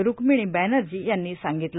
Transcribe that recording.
रूक्मिणी बॅनर्जी यांनी सांगितलं